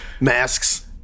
masks